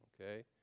Okay